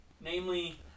namely